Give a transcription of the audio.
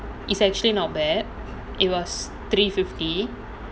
it's actually not bad it was three fifty